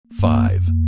five